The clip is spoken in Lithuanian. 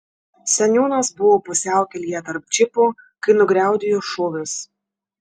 seniūnas buvo pusiaukelėje tarp džipų kai nugriaudėjo šūvis